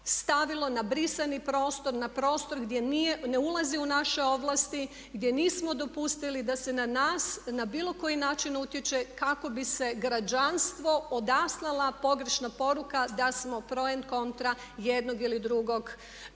stavilo na brisani prostor, na prostor gdje nije, gdje ne ulazi u naše ovlasti, gdje nismo dopustili da se na nas na bilo koji način utječe kako bi se građanstvu odaslala pogrešna poruka da smo … kontra jednog ili drugog kandidata.